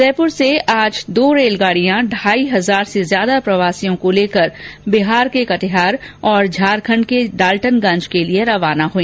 उदयपुर से आज दो रेलगाड़ियां ढाई हज़ार से ज्यादा प्रवासियों को लेकर बिहार के कटिहार और झारखंड के डाल्टनगंज के लिए रवाना हुई